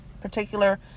particular